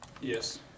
Yes